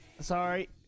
Sorry